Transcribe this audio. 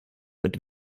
mit